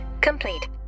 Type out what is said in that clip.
complete